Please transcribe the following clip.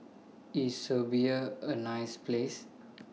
IS Serbia A nice Place